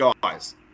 guys